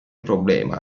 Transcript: problema